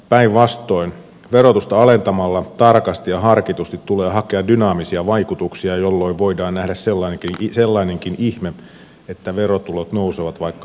päinvastoin verotusta alentamalla tarkasti ja harkitusti tulee hakea dynaamisia vaikutuksia jolloin voidaan nähdä sellainenkin ihme että verotulot nousevat vaikka verotasoa laskettaisiinkin